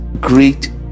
great